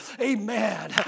amen